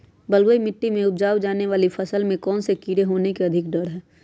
बलुई मिट्टी में उपजाय जाने वाली फसल में कौन कौन से कीड़े होने के अधिक डर हैं?